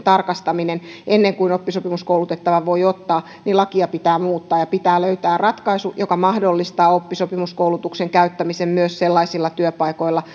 tarkastaminen ennen kuin oppisopimuskoulutettavan voi ottaa niin lakia pitää muuttaa ja pitää löytää ratkaisu joka mahdollistaa oppisopimuskoulutuksen käyttämisen myös sellaisilla työpaikoilla